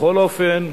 בכל אופן,